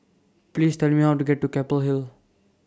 Please Tell Me How to get to Keppel Hill